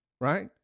right